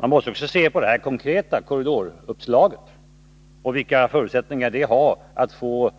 Man måste också se på det konkreta korridoruppslaget och vilka förutsättningar det har att få